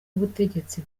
ubutegetsi